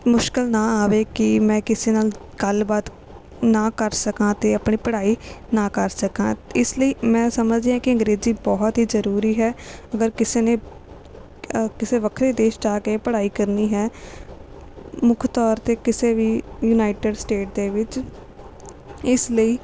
ਮੁਸ਼ਕਿਲ ਨਾ ਆਵੇ ਕਿ ਮੈਂ ਕਿਸੇ ਨਾਲ ਗੱਲਬਾਤ ਨਾ ਕਰ ਸਕਾਂ ਅਤੇ ਆਪਣੀ ਪੜ੍ਹਾਈ ਨਾ ਕਰ ਸਕਾਂ ਇਸ ਲਈ ਮੈਂ ਸਮਝਦੀ ਹਾਂ ਕਿ ਅੰਗਰੇਜ਼ੀ ਬਹੁਤ ਹੀ ਜ਼ਰੂਰੀ ਹੈ ਅਗਰ ਕਿਸੇ ਨੇ ਕਿਸੇ ਵੱਖਰੇ ਦੇਸ਼ ਜਾ ਕੇ ਪੜ੍ਹਾਈ ਕਰਨੀ ਹੈ ਮੁੱਖ ਤੌਰ 'ਤੇ ਕਿਸੇ ਵੀ ਯੂਨਾਈਟਿਡ ਸਟੇਟ ਦੇ ਵਿੱਚ ਇਸ ਲਈ